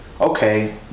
okay